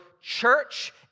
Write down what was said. church